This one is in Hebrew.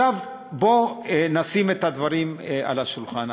עכשיו, בוא נשים את הדברים על השולחן.